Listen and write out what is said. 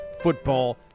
Football